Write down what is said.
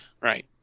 Right